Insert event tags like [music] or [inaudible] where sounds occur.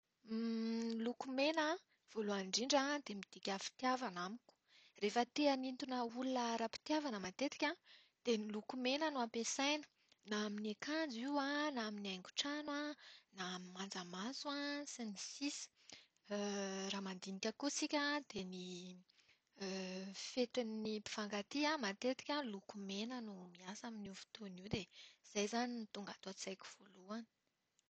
[hesitation] Ny loko mena voalohany indrindra dia midika fitiavana amiko. Rehefa te-hanintona olona ara-pitiavana matetika dia ny loko mena no ampiasaina, na amin'ny akanjo, na amin'ny haingon-trano, ny manjamaso, sy ny sisa. [hesitation] Raha mandinika koa isika dia ny fetin'ny mpifankatia matetika ny loko mena no tena miasa amin'io fotoana io dia izay izany no tonga ato an-tsaiko voalohany.